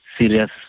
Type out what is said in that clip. serious